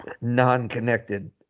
non-connected